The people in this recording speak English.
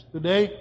Today